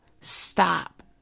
stop